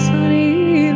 Sunny